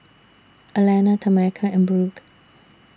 Alanna Tameka and Brooke